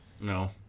No